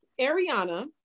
Ariana